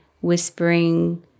whispering